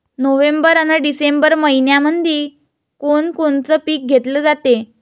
November अन December मइन्यामंधी कोण कोनचं पीक घेतलं जाते?